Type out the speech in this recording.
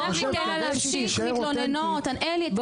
אני חושב שכדי שיישאר אותנטי -- לא,